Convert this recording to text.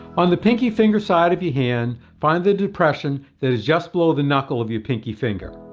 on the pinky finger side of your hand find the depression that is just below the knuckle of your pinky finger.